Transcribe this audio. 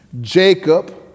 Jacob